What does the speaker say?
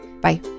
Bye